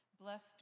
Blessed